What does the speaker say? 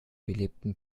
belebten